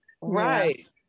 right